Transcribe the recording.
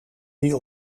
die